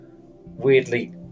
weirdly